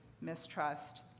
mistrust